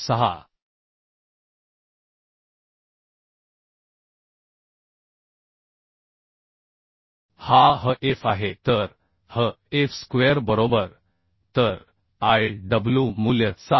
6 हा hf आहे तर hf स्क्वेअर बरोबर तर आह Iw मूल्य 7